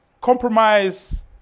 Compromise